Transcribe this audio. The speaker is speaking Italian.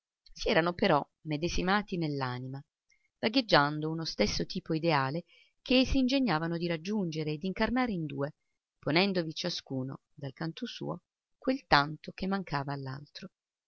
si erano però medesimati nell'anima vagheggiando uno stesso tipo ideale che s'ingegnavano di raggiungere e d'incarnare in due ponendovi ciascuno dal canto suo quel tanto che mancava